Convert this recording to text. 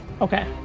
Okay